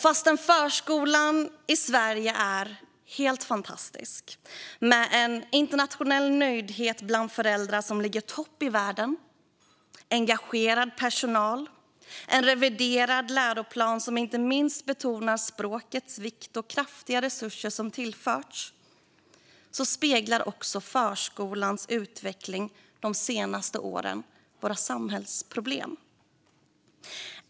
Fastän förskolan i Sverige är helt fantastisk, med en internationell nöjdhet bland föräldrar som ligger i topp i världen, engagerad personal, en reviderad läroplan som inte minst betonar språkets vikt och kraftiga resurser som tillförts, speglar förskolans utveckling de senaste åren våra samhällsproblem.